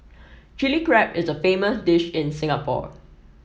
Chilli Crab is a famous dish in Singapore